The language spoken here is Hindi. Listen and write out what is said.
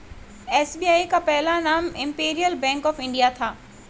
एस.बी.आई का पहला नाम इम्पीरीअल बैंक ऑफ इंडिया था